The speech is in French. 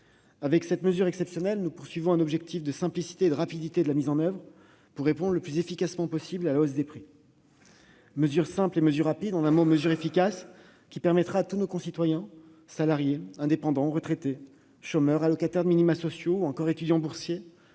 Par cette mesure exceptionnelle, nous visons un objectif de simplicité et de rapidité de mise en oeuvre, pour répondre le plus efficacement possible à la hausse des prix. C'est une mesure simple et rapide, en un mot, efficace, qui permettra à tous nos concitoyens- salariés, indépendants, retraités, chômeurs, allocataires des minima sociaux ou encore étudiants boursiers